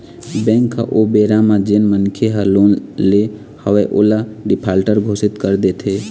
bank ह ओ बेरा म जेन मनखे ह लोन ले हवय ओला डिफाल्टर घोसित कर देथे